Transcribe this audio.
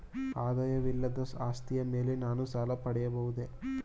ಆದಾಯವಿಲ್ಲದ ಆಸ್ತಿಯ ಮೇಲೆ ನಾನು ಸಾಲ ಪಡೆಯಬಹುದೇ?